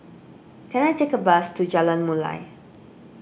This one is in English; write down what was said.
can I take a bus to Jalan Mulia